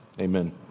amen